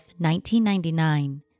1999